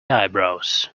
eyebrows